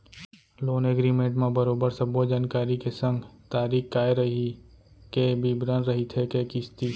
loan agreement म बरोबर सब्बो जानकारी के संग तारीख काय रइही के बिबरन रहिथे के किस्ती